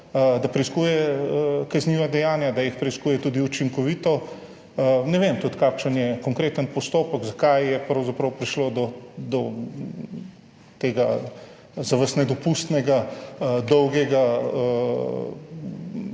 da preiskuje kazniva dejanja, da jih preiskuje učinkovito. Ne vem tudi, kakšen je konkreten postopek, zakaj je pravzaprav prišlo do tega, za vas nedopustno dolgega